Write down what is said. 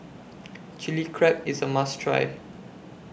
Chili Crab IS A must Try